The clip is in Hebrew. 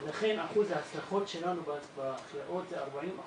לכן אחוז ההצלחות שלנו בקריאות זה 40 אחוז,